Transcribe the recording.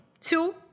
Two